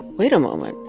wait a moment.